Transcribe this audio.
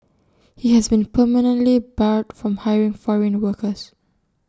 he has been permanently barred from hiring foreign workers